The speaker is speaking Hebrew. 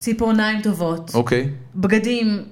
ציפורניים טובות, בגדים.